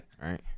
right